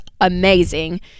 amazing